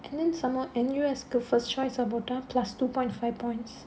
and then some more N_U_S கு:ku first choice போட்டா:pottaa two point five points